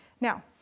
Now